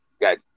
Got